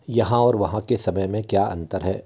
यहाँ और वहाँ के समय में क्या अंतर है